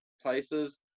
places